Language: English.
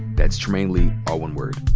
that's trymainelee, all one word.